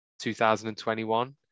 2021